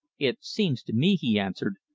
it seems to me, he answered,